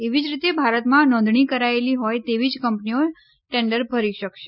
એવી જ રીતે ભારતમાં નોંધણી કરાચેલી હોય તેવી જ કંપનીઓ ટેન્ડર ભરી શકશે